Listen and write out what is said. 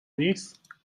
نیست